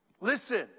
Listen